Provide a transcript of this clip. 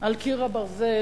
על "קיר הברזל",